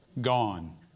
Gone